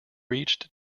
reached